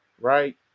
right